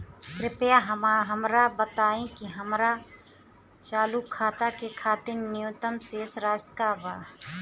कृपया हमरा बताइ कि हमार चालू खाता के खातिर न्यूनतम शेष राशि का बा